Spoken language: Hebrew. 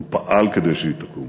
הוא פעל כדי שהיא תקום